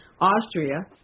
Austria